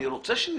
אני רוצה שנכניס.